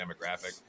demographic